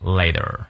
later